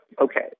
okay